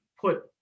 put